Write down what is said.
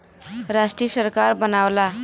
राष्ट्रीय सरकार बनावला